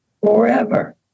forever